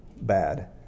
bad